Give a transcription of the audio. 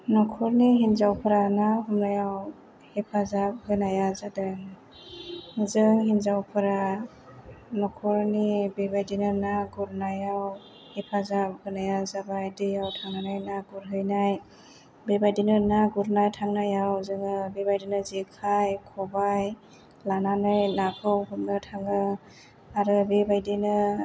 नखरनि हिन्जावफ्रा ना हमनायाव हेफाजाब होनाया जादों जों हिन्जावफोरा नखरनि बेबायदिनो ना गुरनायाव हेफाजाब होनाया जाबाय दैयाव थांनानै ना गुरहैनाय बेबायदिनो ना गुरनो थांनायाव जोङो बेबायदिनो जेखाइ खबाइ लानानै नाखौ हमनो थाङो आरो बेबायदिनो